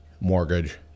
mortgage